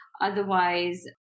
Otherwise